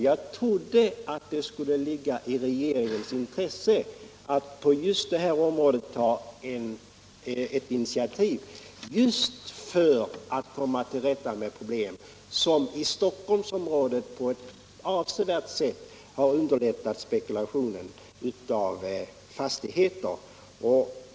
Jag trodde att det skulle ligga i regeringens intresse att på detta sätt ta ett initiativ för att komma till rätta med problem, som i Stockholmsområdet avsevärt har underlättat spekulationen i fastigheter.